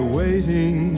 waiting